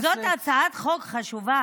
דודי, זאת הצעת חוק חשובה.